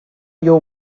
you